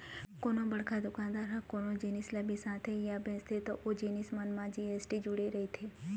कोनो बड़का दुकानदार ह कोनो जिनिस ल बिसाथे या बेचथे त ओ जिनिस मन म जी.एस.टी जुड़े रहिथे